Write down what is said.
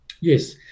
Yes